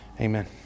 Amen